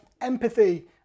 empathy